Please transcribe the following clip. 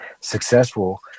successful